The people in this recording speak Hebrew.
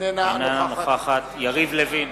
אינה נוכחת יריב לוין,